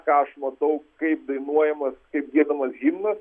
ką aš matau kaip dainuojamas kaip giedamas himnas